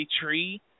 tree